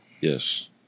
Yes